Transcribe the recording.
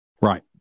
Right